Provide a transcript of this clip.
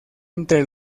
entre